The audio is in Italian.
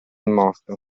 morto